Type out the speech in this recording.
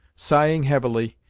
sighing heavily,